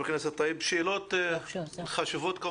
שאלות חשובות.